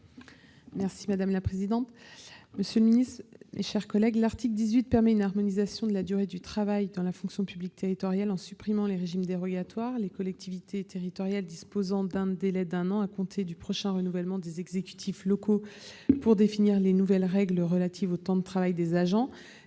est ainsi libellé : La parole est à Mme Sylviane Noël. L'article 18 permet une harmonisation de la durée du travail dans la fonction publique territoriale en supprimant les régimes dérogatoires, les collectivités territoriales disposant d'un délai d'un an à compter du prochain renouvellement des exécutifs locaux pour définir de nouvelles règles relatives au temps de travail des agents.